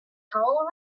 tall